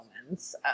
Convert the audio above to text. moments